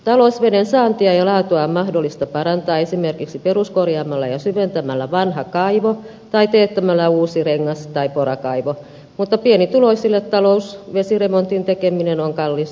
talousveden saantia ja laatua on mahdollista parantaa esimerkiksi peruskorjaamalla ja syventämällä vanha kaivo tai teettämällä uusi rengas tai porakaivo mutta pienituloisille talousvesiremontin tekeminen on kallis investointi